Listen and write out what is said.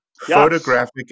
photographic